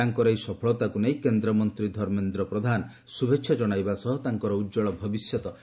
ତାଙ୍କର ଏହି ସଫଳତାକୁ ନେଇ କେନ୍ଦ୍ରମନ୍ତ୍ରୀ ଧର୍ମେନ୍ଦ୍ର ପ୍ରଧାନ ଶୁଭେଚ୍ଛା ଜଣାଇବା ସହ ତାଙ୍କର ଉଜ୍ୱଳ ଭବିଷ୍ୟତ କାମନା କରିଛନ୍ତି